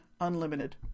Unlimited